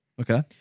Okay